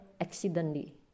accidentally